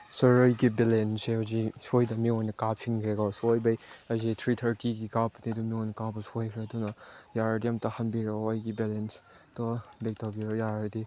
ꯁꯥꯔ ꯑꯩꯒꯤ ꯕꯦꯂꯦꯟꯁꯁꯦ ꯍꯧꯖꯤꯛ ꯁꯣꯏꯗꯅ ꯃꯤꯉꯣꯟꯗ ꯀꯥꯞꯁꯤꯟꯈ꯭ꯔꯦꯀꯣ ꯁꯣꯏꯕꯒꯤ ꯑꯩꯁꯦ ꯊ꯭ꯔꯤ ꯊꯥꯔꯇꯤꯒꯤ ꯀꯥꯞꯄꯅꯦ ꯑꯗꯨ ꯃꯤꯉꯣꯟꯗ ꯀꯥꯞꯄ ꯁꯣꯏꯈ꯭ꯔꯦ ꯑꯗꯨꯅ ꯌꯥꯔꯗꯤ ꯑꯝꯇ ꯍꯟꯕꯤꯔꯛꯑꯣ ꯑꯩꯒꯤ ꯕꯦꯂꯦꯟꯁꯇꯣ ꯕꯦꯛ ꯇꯧꯕꯤꯌꯣ ꯌꯥꯔꯒꯗꯤ